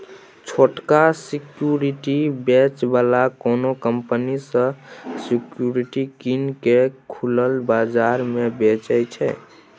छोटका सिक्युरिटी बेचै बला कोनो कंपनी सँ सिक्युरिटी कीन केँ खुलल बजार मे बेचय छै